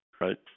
right